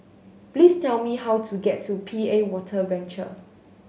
please tell me how to get to P A Water Venture